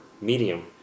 medium